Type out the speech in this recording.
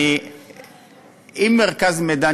מרכז מידע.